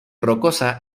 rocosa